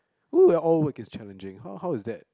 well all work is challenging how how is that